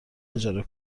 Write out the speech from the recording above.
اجاره